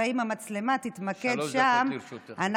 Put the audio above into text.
שלוש דקות לרשותך.